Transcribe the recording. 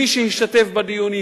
כמי שהשתתף בדיונים,